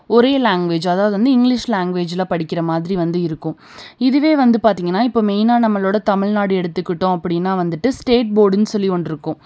ஒரே லாங்குவேஜ் அதாவது வந்து இங்கிலிஷ் லாங்குவேஜில் படிக்கிற மாதிரி வந்து இருக்கும் இதுவே வந்து பார்த்திங்கன்னா இப்போ மெயினாக நம்மளோடய தமிழ்நாடு எடுத்துக்கிட்டோம் அப்படின்னா வந்துட்டு ஸ்டேட் போர்டுன்னு சொல்லி ஒன்று இருக்கும்